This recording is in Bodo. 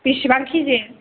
बेसेबां केजि